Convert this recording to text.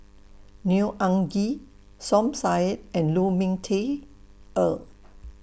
Neo Anngee Som Said and Lu Ming Teh Earl